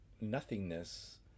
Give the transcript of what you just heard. nothingness